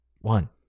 one